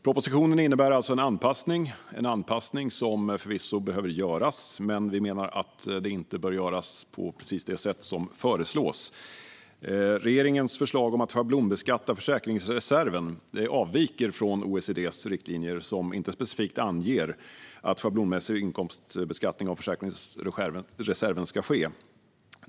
Propositionen innebär alltså en anpassning - en anpassning som förvisso behöver göras, men vi menar att den inte bör göras på precis det sätt som föreslås. Regeringens förslag om att schablonbeskatta försäkringsreserven avviker från OECD:s riktlinjer, som inte specifikt anger att schablonmässig inkomstbeskattning av försäkringsreserven ska ske.